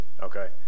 Okay